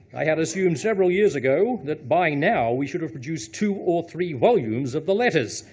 i had assumed several years ago that, by now, we should have produced two or three volumes of the letters.